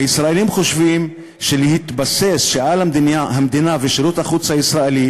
הישראלים חושבים שעל המדינה ושירות החוץ הישראלי